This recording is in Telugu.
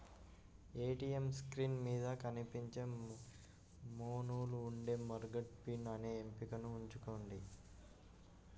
ఏటీయం స్క్రీన్ మీద కనిపించే మెనూలో ఉండే ఫర్గాట్ పిన్ అనే ఎంపికను ఎంచుకోండి